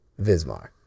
vismar